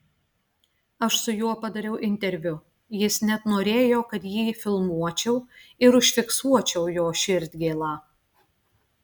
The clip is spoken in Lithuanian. aš su juo padariau interviu jis net norėjo kad jį filmuočiau ir užfiksuočiau jo širdgėlą